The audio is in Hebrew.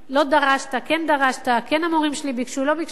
לא דרשת, כן דרשת, כן המורים שלי ביקשו, לא ביקשו.